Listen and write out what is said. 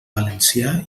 valencià